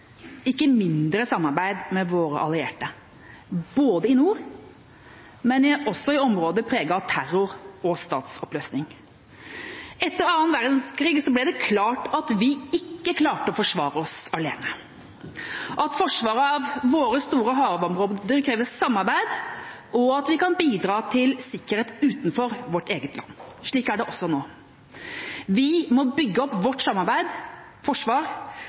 ikke mindre – samarbeid med våre allierte, i nord, men også i områder preget av terror og statsoppløsning. Etter andre verdenskrig ble det klart at vi ikke klarte å forsvare oss alene, at forsvaret av våre store havområder krever samarbeid, og at vi kan bidra til sikkerhet utenfor vårt eget land. Slik er det også nå. Vi må bygge opp vårt forsvar i nært samarbeid